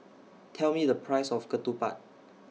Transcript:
Tell Me The Price of Ketupat